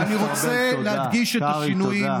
אני רוצה להדגיש את השינויים